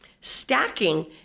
Stacking